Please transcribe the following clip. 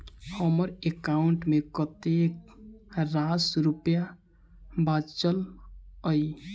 हम्मर एकाउंट मे कतेक रास रुपया बाचल अई?